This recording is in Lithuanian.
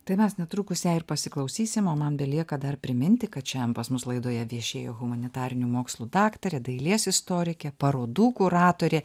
tai mes netrukus ją ir pasiklausysim o man belieka dar priminti kad šian pas mus laidoje viešėjo humanitarinių mokslų daktarė dailės istorikė parodų kuratorė